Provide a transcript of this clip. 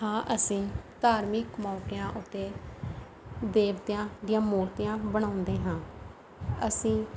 ਹਾਂ ਅਸੀਂ ਧਾਰਮਿਕ ਮੌਕਿਆਂ ਉੱਤੇ ਦੇਵਤਿਆਂ ਦੀਆਂ ਮੂਰਤੀਆਂ ਬਣਾਉਂਦੇ ਹਾਂ ਅਸੀਂ